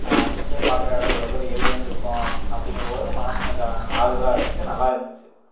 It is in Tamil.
சுற்றியும் பார்க்குற இடோம் இவ்வளோ தூரம் ஏறி வந்துயிருக்கும் அப்படிங்குறபோது மனசுக்கு கொஞ்சம் ஆறுதலாக இருந்துச்சு நல்லா இருந்துச்சு